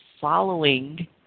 following